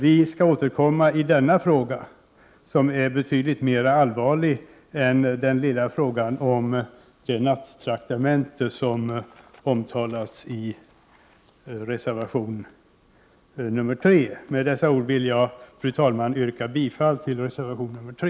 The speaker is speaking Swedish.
Vi skall återkomma i denna fråga, som är betydligt mera allvarlig än den lilla frågan om nattraktamente som omtalas i reservation 3. Med dessa ord vill jag, fru talman, yrka bifall till reservation 3.